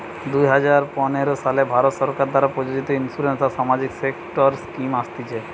দুই হাজার পনের সালে ভারত সরকার দ্বারা প্রযোজিত ইন্সুরেন্স আর সামাজিক সেক্টর স্কিম আসতিছে